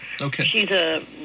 Okay